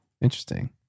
Interesting